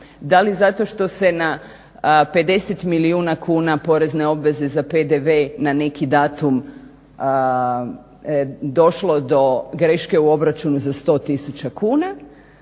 da li zato što se na 50 milijuna kuna porezne obveze za PDV na neki datum došlo do greške u obračunu za 100 tisuća kuna